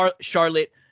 Charlotte